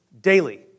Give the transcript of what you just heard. daily